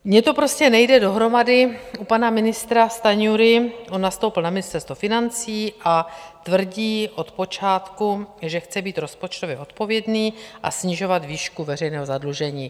Mně to prostě nejde dohromady u pana ministra Stanjury, on nastoupil na Ministerstvo financí a tvrdí od počátku, že chce být rozpočtově odpovědný a snižovat výšku veřejného zadlužení.